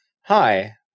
Hi